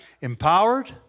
Empowered